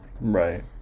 Right